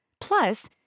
Plus